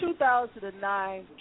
2009